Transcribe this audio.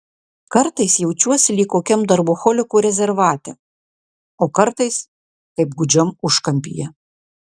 kartais jaučiuosi lyg kokiam darboholikų rezervate o kartais kaip gūdžiam užkampyje